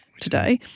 today